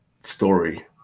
story